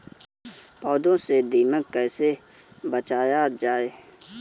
पौधों को दीमक से कैसे बचाया जाय?